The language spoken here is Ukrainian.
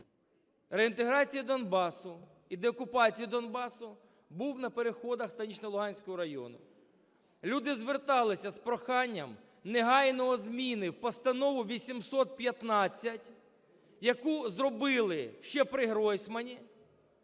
реінтеграції Донбасу і окупації Донбасу був на переходах Станично-Луганського району. Люди зверталися з проханнями негайно зміни в Постанову 815, яку зробили ще при Гройсмані,